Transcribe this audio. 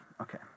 Okay